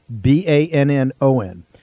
B-A-N-N-O-N